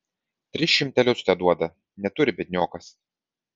tris šimtelius teduoda neturi biedniokas